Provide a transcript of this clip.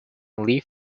leaf